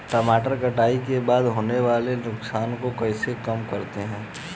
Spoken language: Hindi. टमाटर कटाई के बाद होने वाले नुकसान को कैसे कम करते हैं?